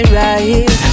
right